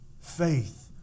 Faith